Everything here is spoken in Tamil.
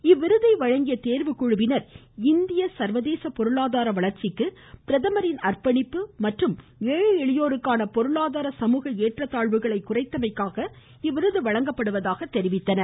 இவ்விருதை வழங்கிய தேர்வுக் குழுவினர் இந்திய மற்றும் சர்வதேச பொருளாதார வளர்ச்சிக்கு பிரதமரின் அாப்பணிப்பு மற்றும் ஏழை எளியோருக்கான பொருளாதார சமூக ஏற்றத் தாழ்வுகளை குறைத்தமைக்காக இவ்விருது வழங்கப் படுவதாகத் தெரிவித்தனர்